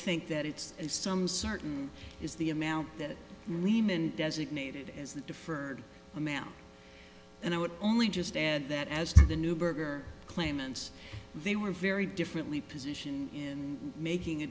think that it's some certain is the amount that lehman designated as the deferred amount and i would only just add that as the neuberger claimants they were very differently position in making a